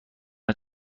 است